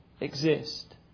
exist